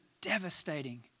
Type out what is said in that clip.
devastating